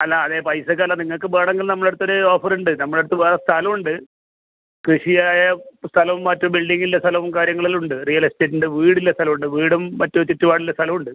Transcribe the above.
അല്ല അതെ പൈസക്കല്ല നിങ്ങൾക്ക് വെണമെങ്കിൽ നമ്മളെടുത്തൊരു ഓഫറുണ്ട് നമ്മളടുത്ത് വേറെ സ്ഥലമുണ്ട് കൃഷിയായ സ്ഥലവും മറ്റു ബിൽഡിങ്ങിൻ്റെ സ്ഥലവും കാര്യങ്ങളെല്ലാം ഉണ്ട് റിയൽ എസ്റ്റേറ്റിൻ്റെ വീടുള്ള സ്ഥലം ഉണ്ട് വീടും മറ്റു ചുറ്റുപാടും ഉള്ള സ്ഥലമുണ്ട്